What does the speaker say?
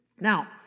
Now